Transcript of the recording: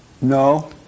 No